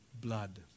blood